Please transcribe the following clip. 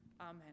Amen